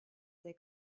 they